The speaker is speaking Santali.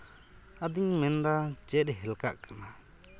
ᱟᱫᱚᱧ ᱢᱮᱱᱫᱟ ᱪᱮᱫ ᱦᱮᱞᱠᱟᱜ ᱠᱟᱱᱟ